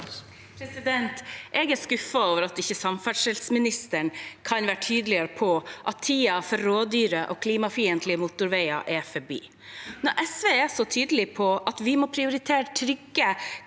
Jeg er skuffet over at ikke samferdselsministeren kan være tydeligere på at tiden for rådyre og klimafiendtlige motorveier er forbi. Når SV er så tydelig på at vi må prioritere trygge